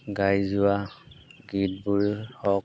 গাই যোৱা গীতবোৰ হওক